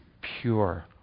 pure